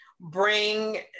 bring